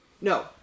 No